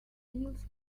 deals